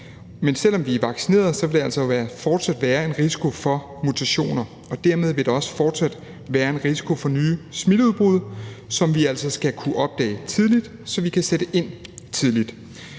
Men selv om vi er vaccineret, vil der altså fortsat være en risiko for mutationer, og dermed vil der også fortsat være en risiko for nye smitteudbrud, som vi altså skal kunne opdage tidligt, så vi kan sætte ind tidligt.